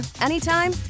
anytime